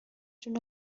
جون